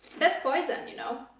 that's poison you know,